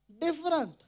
different